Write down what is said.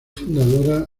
fundadora